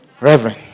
Reverend